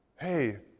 Hey